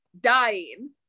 dying